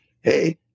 Hey